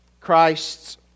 Christ's